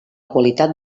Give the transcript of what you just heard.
qualitat